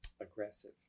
aggressive